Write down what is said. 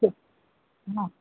हा